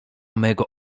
mego